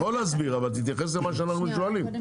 אתה יכול להסביר אבל תתייחס למה שאנחנו שואלים.